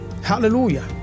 hallelujah